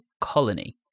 Colony